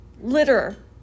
litter